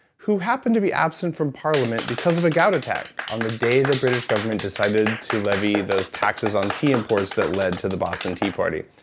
who happened to be absent from parliament because of a gout attack on the day the british government decided to levy those taxes on tea imports that led to the boston tea party.